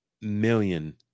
million